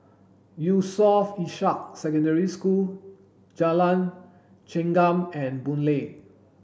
Yusof Ishak Secondary School Jalan Chengam and Boon Lay